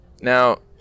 Now